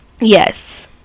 Yes